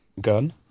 Gun